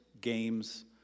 games